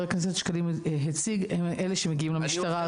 הכנסת שקלים הציג הם אלה שמגיעים למשטרה.